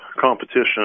competition